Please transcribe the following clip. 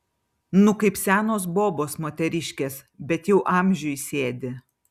nu kaip senos bobos moteriškės bet jau amžiui sėdi